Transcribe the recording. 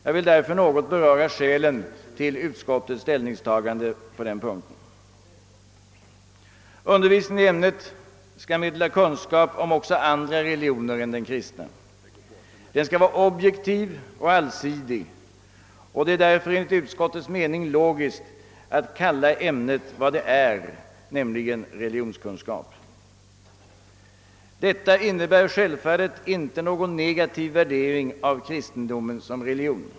Jag vill därför något beröra skälen till ut skottets ställningstagande på den punkten. Undervisningen i ämnet skall meddela kunskap om också andra religioner än den kristna. Den skall vara objektiv och allsidig. Därför är det enligt utskottets mening logiskt att kalla ämnet för vad det är, nämligen religionskunskap. Detta innebär självfallet inte någon negativ värdering av kristendomen som religion.